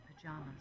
pajamas